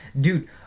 Dude